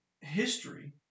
history